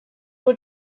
will